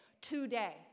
today